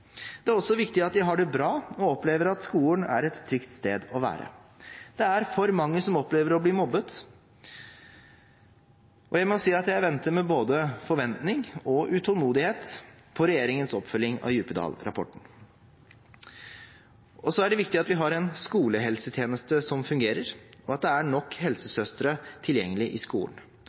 Det er også viktig at de har det bra og opplever at skolen er et trygt sted å være. Det er for mange som opplever å bli mobbet, og jeg må si at jeg venter med både forventning og utålmodighet på regjeringens oppfølging av Djupedal-rapporten. Så er det viktig at vi har en skolehelsetjeneste som fungerer, og at det er nok helsesøstre tilgjengelig i skolen.